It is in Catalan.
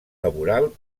laboral